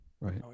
right